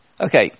okay